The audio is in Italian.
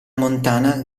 montana